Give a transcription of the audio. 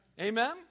Amen